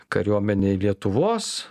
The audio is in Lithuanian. kariuomenėj lietuvos